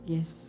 Yes